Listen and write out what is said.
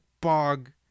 bog